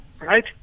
right